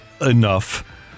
enough